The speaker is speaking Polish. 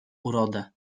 urodę